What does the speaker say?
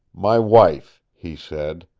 my wife, he said.